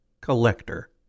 collector